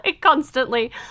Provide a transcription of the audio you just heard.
Constantly